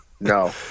No